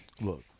Look